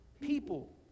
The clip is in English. people